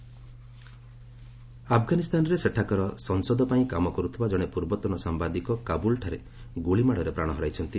Afghan killed ଆଫଗାନିସ୍ଥାନରେ ସେଠାକାର ସଂସଦ ପାଇଁ କାମ କରୁଥିବା ଜଣେ ପୂର୍ବତନ ସାମ୍ଘାଦିକ କାବୁଲ୍ଠାରେ ଗୁଳିମାଡ଼ରେ ପ୍ରାଣ ହରାଇଛନ୍ତି